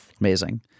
Amazing